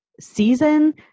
season